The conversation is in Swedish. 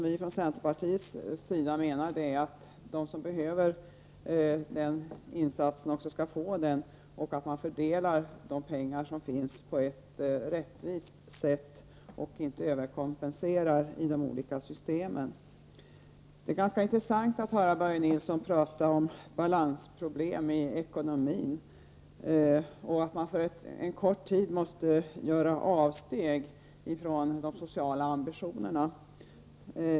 Vi i centerpartiet menar att den som behöver insatsen också skall få den, och att man skall fördela de pengar som finns på ett rättvist sätt och inte överkompensera i de olika systemen. Det är ganska intressant att höra Börje Nilsson tala om balansproblem i ekonomin, som skulle leda till att man för en kort tid måste göra avsteg ifrån de sociala ambitionerna.